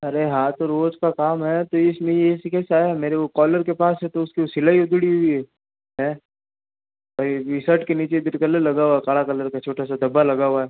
अरे हाँ तो रोज का काम है तो इसलिए ऐसे कैसा है मेरे वो कॉलर के पास से तो उस की सिलाई उधड़ी हुई है और यह भी शर्ट के नीचे भी कलर लगा हुआ है काला कलर का छोटा सा धब्बा लगा हुआ है